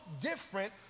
different